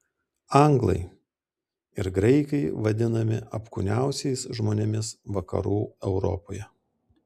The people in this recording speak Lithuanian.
anglai ir graikai vadinami apkūniausiais žmonėmis vakarų europoje